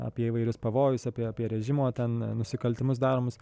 apie įvairius pavojus apie apie režimo ten nusikaltimus daromus